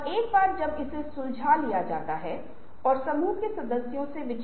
तो जिस क्षण आप इसे हल करने की कोशिश करेंगे ये बातें आपके दिमाग में आएंगी